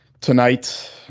tonight